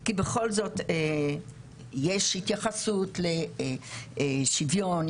כי בכל זאת יש התייחסות לשוויון,